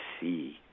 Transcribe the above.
see